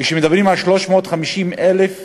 כשמדברים על 350,000 אנשים